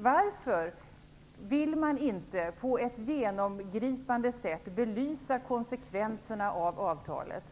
Varför vill man inte på ett genomgripande sätt belysa konsekvenserna av avtalet